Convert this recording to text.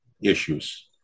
issues